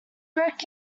broke